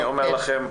אז אני אומר לכם,